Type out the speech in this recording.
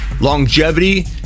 longevity